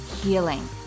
healing